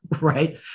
right